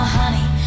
honey